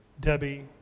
Debbie